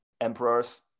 emperors